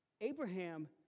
Abraham